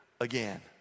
again